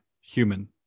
human